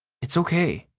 it's okay,